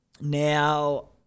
Now